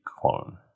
clone